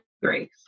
grace